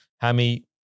Hammy